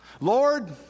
Lord